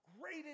great